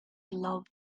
love